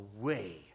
away